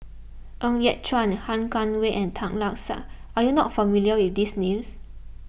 Ng Yat Chuan Han Guangwei and Tan Lark Sye are you not familiar with these names